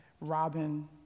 Robin